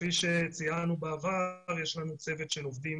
כפי שציינו בעבר, יש לנו צוות של עובדים